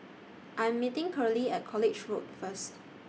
I Am meeting Curley At College Road First